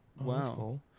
Wow